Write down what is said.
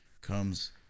comes